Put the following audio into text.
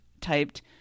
typed